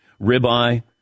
Ribeye